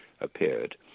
appeared